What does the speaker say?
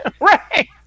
right